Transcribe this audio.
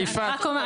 ילדים מתו פה.